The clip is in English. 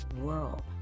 world